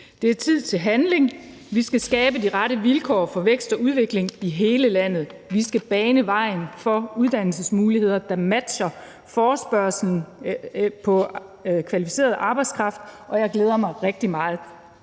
Det er tid til handling. Vi skal skabe de rette vilkår for vækst og udvikling i hele landet. Vi skal bane vejen for uddannelsesmuligheder, der matcher efterspørgslen på kvalificeret arbejdskraft, og jeg glæder mig rigtig meget